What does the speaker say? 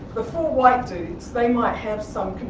the four white dudes, they might have some